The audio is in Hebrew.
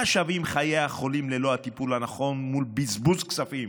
מה שווים חיי החולים ללא הטיפול הנכון מול בזבוז כספים